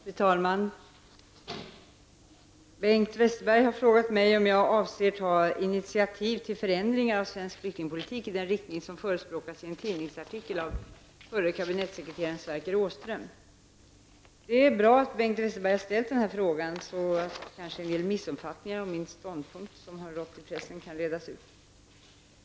Fru talman! Bengt Westerberg har frågat mig om jag avser ta initiativ till förändringar av svensk flyktingpolitik i den riktning som förespråkas i en tidningsartikel av förre kabinettssekreteraren Det är bra att Bengt Westerberg ställt den här frågan, så kan kanske en del missuppfattningar om min ståndpunkt som rått i pressen redas ut.